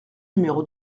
numéro